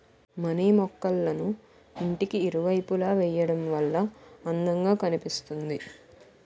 money మొక్కళ్ళను ఇంటికి ఇరువైపులా వేయడం వల్ల అందం గా కనిపిస్తుంది